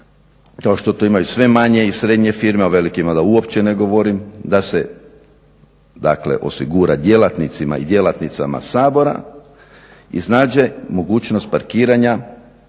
kao što to imaju sve manje i srednje firme, o velikima da uopće ne govorim, da se dakle osigura djelatnicima i djelatnicama Sabora iznađe mogućnost parkiranja